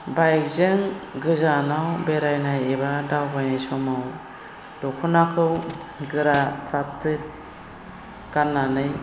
बाइकजों गोजानाव बेरायनाय एबा दावबायनाय समाव दख'नाखौ गोरा फ्राथ फ्रिथ गाननानै